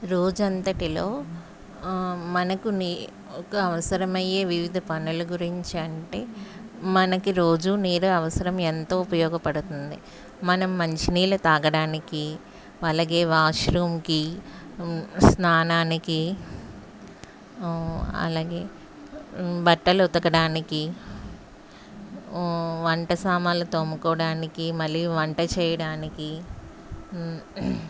రోజంతటిలో మనకు నీ ఒక అవసరమయ్యే వివిధ పనుల గురించి అంటే మనకి రోజు నీరు అవసరం ఎంతో ఉపయోగపడుతుంది మనం మంచినీళ్ళు తాగడానికి అలాగే వాష్రూమ్కు స్నానానికి అలాగే బట్టలు ఉతకడానికి వంట సామానులు తోముకోవడానికి మళ్ళీ వంట చేయడానికి